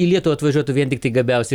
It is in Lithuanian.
į lietuvą atvažiuotų vien tiktai gabiausi